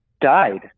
died